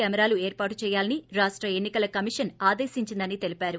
కెమెరాలను ఏర్పాటు చేయాలని రాష్ట ఎన్నికల కమీషన్ ఆదేశెంచిందని తెలిపారు